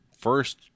First